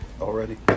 already